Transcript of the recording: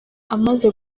amaze